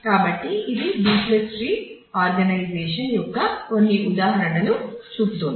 కాబట్టి ఇది B tree organisation యొక్క కొన్ని ఉదాహరణలను చూపుతోంది